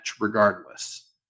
regardless